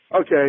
Okay